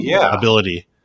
ability